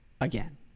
again